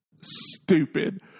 stupid